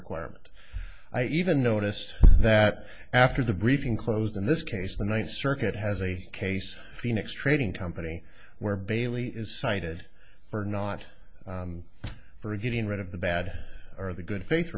requirement i even noticed that after the briefing closed in this case the ninth circuit has a case phoenix trading company where bailey is cited for not for getting rid of the bad or the good faith